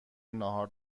ناهار